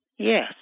Yes